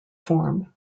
form